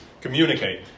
Communicate